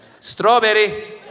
Strawberry